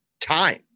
time